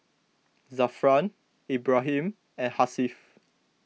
Zafran Ibrahim and Hasif